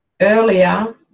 earlier